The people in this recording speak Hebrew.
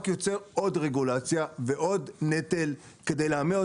יוצר עוד רגולציה ועוד נטל כדי לעמוד